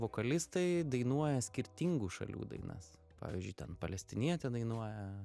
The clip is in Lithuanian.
vokalistai dainuoja skirtingų šalių dainas pavyzdžiui ten palestinietė dainuoja